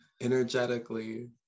energetically